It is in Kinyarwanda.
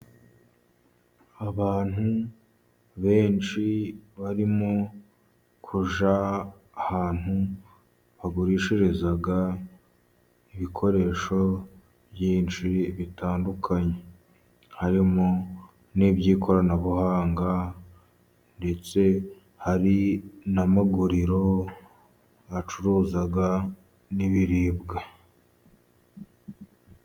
Abantu benshi barimo kujya ahantu bagurishiriza ibikoresho byinshi bitandukanye, harimo n'iby'ikoranabuhanga ndetse hari n'amaguriro acuruza n'ibiribwa.